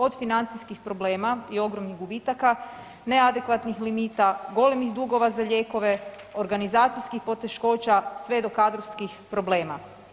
Od financijskih problema i ogromnih gubitaka, neadekvatnih limita, golemih dugova za lijekove, organizacijskih poteškoća sve do kadrovskih problema.